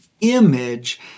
image